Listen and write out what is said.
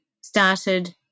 started